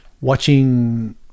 watching